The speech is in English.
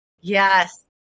Yes